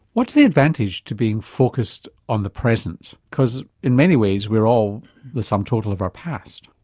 what's the advantage to being focussed on the present because in many ways we are all the sum total of our past?